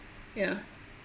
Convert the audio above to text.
ya